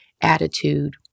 attitude